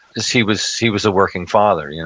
cause he was he was a working father, you know